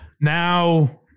Now